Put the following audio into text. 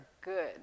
good